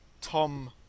Tom